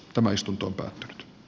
tämä istunto henkilöitä